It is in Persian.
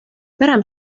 برم